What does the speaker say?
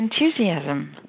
enthusiasm